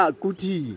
kuti